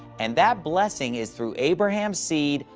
and that blessing is through abraham's seed,